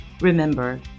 Remember